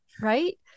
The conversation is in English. right